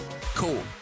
cool